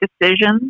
decisions